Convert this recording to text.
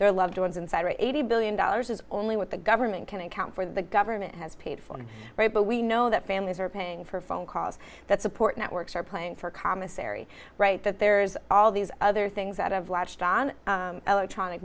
their loved ones inside eighty billion dollars is only what the government can account for the government has paid for it right but we know that families are paying for phone calls that support networks are playing for commissary right that there's all these other things that have latched on electronic